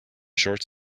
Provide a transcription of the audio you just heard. short